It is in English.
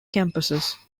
campuses